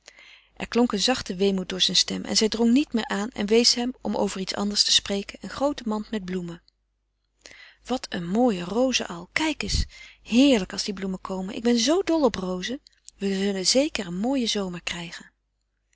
er klonk een zachte weemoed door zijn stem en zij drong niet meer aan en wees hem om over iets anders te spreken een groote mand met bloemen wat een mooie rozen al kijk eens heerlijk als die bloemen komen ik ben zoo dol op rozen we zullen zeker een mooien zomer krijgen